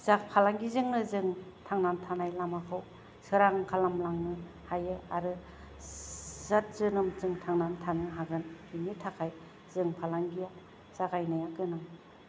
फालांगिजोंनो जों थांनानै थानायनि लामाखौ सोरां खालामलांनो हायो आरो सात जोनोम जों थांनानै थानो हागोन बेनि थाखाय जों फालांगिया जागायनाया गोनां